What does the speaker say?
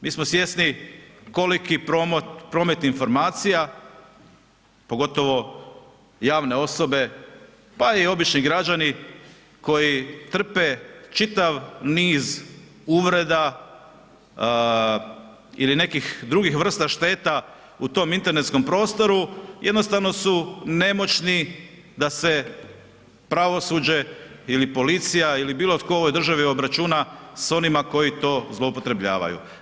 Mi smo svjesni koliki promet informacija, pogotovo javne osobe, pa i obični građani koji trpe čitav niz uvreda ili nekih drugih vrsta šteta u tom internetskom prostoru, jednostavno su nemoćni da se pravosuđe ili policija ili bilo tko u ovoj državi obračuna s onima koji to zloupotrebljavaju.